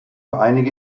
einige